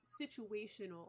situational-